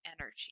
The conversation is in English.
energy